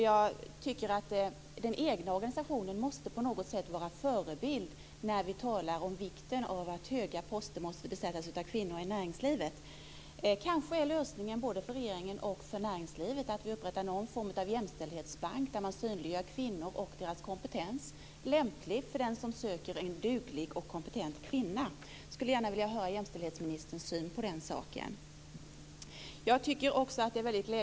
Jag tycker att den egna organisationen på något sätt måste vara förebild när vi talar om vikten av att höga poster besätts av kvinnor i näringslivet. Kanske är lösningen både för regeringen och för näringslivet att vi upprättar någon form av jämställdhetsbank som synliggör kvinnor och deras kompetens. Det vore lämpligt för den som söker en duglig och kompetent kvinna. Jag skulle gärna vilja höra jämställdhetsministerns syn på den saken. Jag har några frågor till.